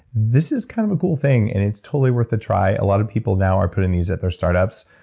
this is kind of a cool thing and it's totally worth a try. a lot of people now are putting these at their start-ups.